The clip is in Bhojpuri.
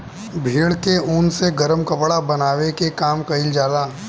भेड़ के ऊन से गरम कपड़ा बनावे के काम कईल जाला